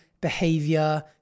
behavior